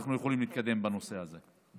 ואנחנו יכולים להתקדם בנושא הזה.